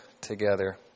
together